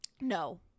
no